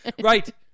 right